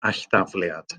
alldafliad